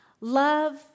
Love